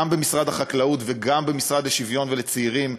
גם במשרד החקלאות וגם במשרד לשוויון חברתי.